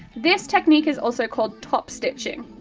this technique is also called top-stitching.